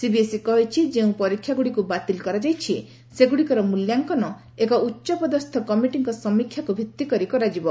CBSE କହିଛି ଯେଉଁ ପରୀକ୍ଷା ଗୁଡ଼ିକୁ ବାତିଲ କରାଯାଇଛି ସେଗୁଡ଼ିକର ମୂଲ୍ୟାଙ୍କନ ଏକ ଉଚ୍ଚପଦସ୍ଥ କମିଟିଙ୍କ ସମୀକ୍ଷାକୁ ଭିତ୍ତିକରି କରାଯିବ